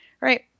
Right